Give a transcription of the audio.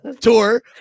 Tour